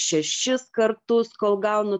šešis kartus kol gaunu